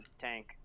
tank